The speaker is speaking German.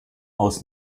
aus